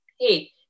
Hey